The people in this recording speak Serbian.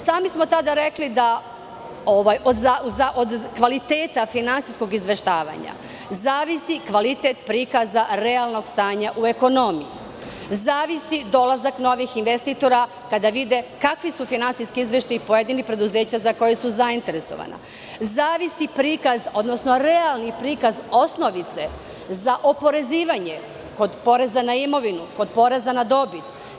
Sami smo tada rekli da od kvaliteta finansijskog izveštavanja zavisi kvalitet prikaza realnog stanja u ekonomiji, zavisi dolazak novih investitora kada vide kakvi su finansijski izveštaji pojedinih preduzeća za koja su zainteresovana, zavisi prikaz, odnosno realni prikaz osnovice za oporezivanje kod poreza na imovinu, kod poreza na dobit.